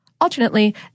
Alternately